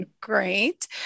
great